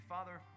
Father